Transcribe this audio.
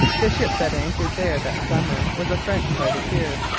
the ship that anchored there that summer was a french privateer,